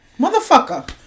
Motherfucker